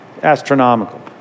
astronomical